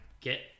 Get